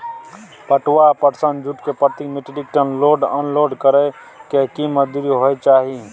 पटुआ या पटसन, जूट के प्रति metric ton load unload करै के की मजदूरी होय चाही?